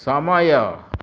ସମୟ